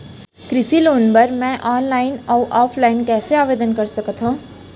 कृषि लोन बर मैं ऑनलाइन अऊ ऑफलाइन आवेदन कइसे कर सकथव?